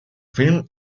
film